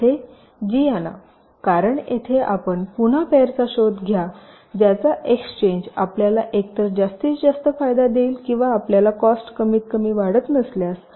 येथे जी आणा कारण येथे आपण पुन्हा पेरचा शोध घ्या ज्याचा एक्सचेंज आपल्याला एकतर जास्तीत जास्त फायदा देईल किंवा आपल्याला कॉस्ट कमीतकमी वाढत नसाल्यास